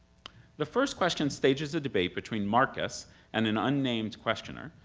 the first question stages a debate between marcus and an unnamed questioner,